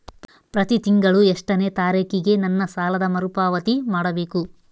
ಪ್ರತಿ ತಿಂಗಳು ಎಷ್ಟನೇ ತಾರೇಕಿಗೆ ನನ್ನ ಸಾಲದ ಮರುಪಾವತಿ ಮಾಡಬೇಕು?